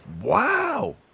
Wow